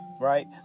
right